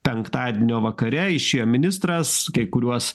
penktadienio vakare išėjo ministras kai kuriuos